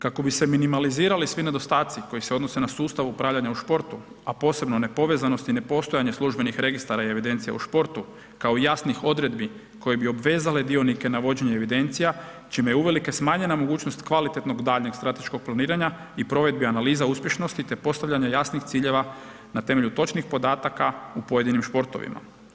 Kako bi se minimalizirali svi nedostaci koji se odnose na sustav upravljanja u športu, a posebno nepovezanost i nepostojanje službenih registara i evidencija u športu kao jasnih odredbi koji bi obvezale dionike na vođenje evidencija čime je uvelike smanjena mogućnost kvalitetnog daljnjeg strateškog planiranja i provedbi analiza uspješnosti, te postavljanja jasnih ciljeva na temelju točnih podataka u pojedinim športovima.